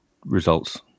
Results